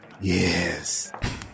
Yes